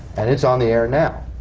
and it's on the air now.